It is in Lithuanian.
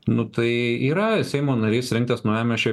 nu tai yra seimo narys rinktas naujamiesčio